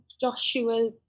Joshua